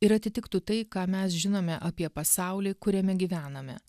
ir atitiktų tai ką mes žinome apie pasaulį kuriame gyvename